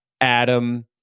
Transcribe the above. Adam